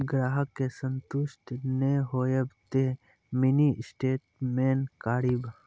ग्राहक के संतुष्ट ने होयब ते मिनि स्टेटमेन कारी?